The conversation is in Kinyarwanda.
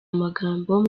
amagambo